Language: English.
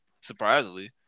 surprisingly